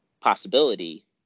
possibility